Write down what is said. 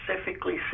specifically